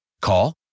Call